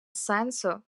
сенсу